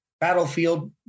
battlefield